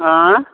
आयँ